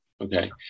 okay